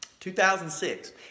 2006